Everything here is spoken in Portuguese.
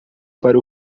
para